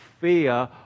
Fear